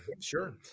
sure